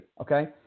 okay